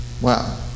Wow